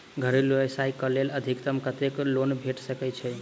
घरेलू व्यवसाय कऽ लेल अधिकतम कत्तेक लोन भेट सकय छई?